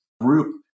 group